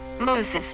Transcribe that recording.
Moses